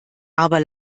aber